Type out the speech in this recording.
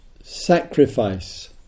sacrifice